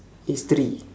history